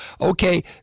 Okay